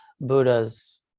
buddha's